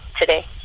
today